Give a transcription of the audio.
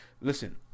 Listen